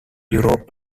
europe